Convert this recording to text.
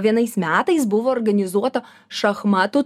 vienais metais buvo organizuota šachmatų